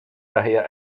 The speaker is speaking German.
daher